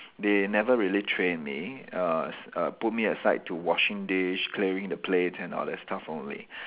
they never really train me uh s~ uh put me aside to washing dish clearing the plates and all that stuff only